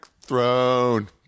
throne